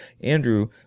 Andrew